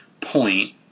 point